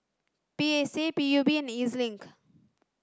P A C P U B and E Z Link